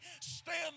stand